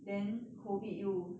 then COVID 又